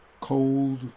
cold